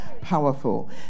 Powerful